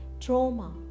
trauma